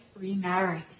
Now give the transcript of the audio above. remarries